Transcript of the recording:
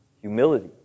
humility